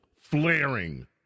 flaring